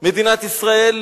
מדינת ישראל,